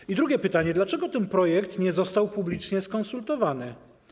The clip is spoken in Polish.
I drugie pytanie: Dlaczego ten projekt nie został publicznie skonsultowany?